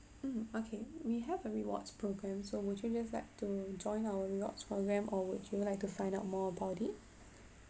um okay we have a rewards programme so would you just like to join our rewards programme or would you like to find out more about it